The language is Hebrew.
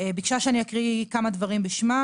ביקשה שאני אקריא כמה דברים בשמה,